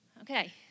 Okay